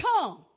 come